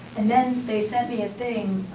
and then they sent me a thing.